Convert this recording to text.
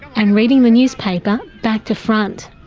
and reading the newspaper back to front.